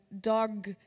dog